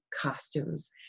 costumes